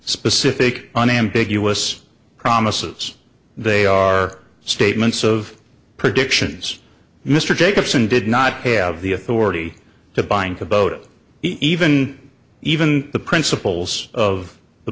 specific unambiguous promises they are statements of predictions mr jacobson did not have the authority to buying a boat even even the principles of the